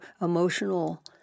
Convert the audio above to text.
emotional